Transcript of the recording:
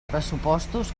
pressupostos